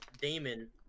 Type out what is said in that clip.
Damon